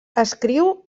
escriu